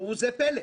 ראו זה פלא,